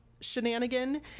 shenanigan